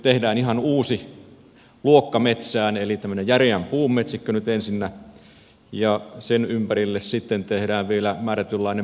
tehdään ihan uusi luokka metsään eli tämmöinen järeän puun metsikkö nyt ensinnä ja sen ympärille sitten tehdään vielä määrätynlainen vahva byrokratia